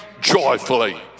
joyfully